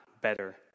Better